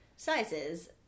sizes